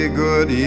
good